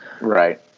Right